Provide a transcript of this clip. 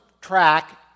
track